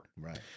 Right